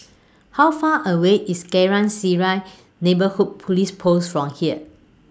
How Far away IS Geylang Serai Neighbourhood Police Post from here